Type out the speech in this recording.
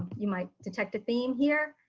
you might detect a theme here,